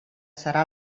serà